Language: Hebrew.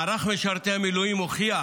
מערך משרתי המילואים הוכיח